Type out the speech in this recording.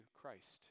Christ